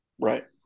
Right